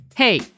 Hey